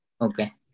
Okay